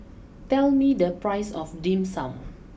tell me the price of Dim Sum